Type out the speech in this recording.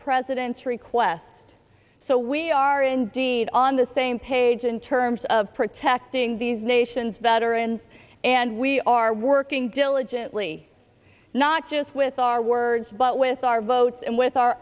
president's request so we are indeed on the same page in terms of protecting these nation's veterans and we are working diligently not just with our words but with our votes and with our